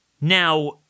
Now